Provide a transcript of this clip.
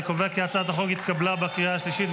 אני קובע כי הצעת החוק התקבלה בקריאה השלישית,